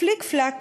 פליק פלק,